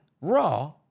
raw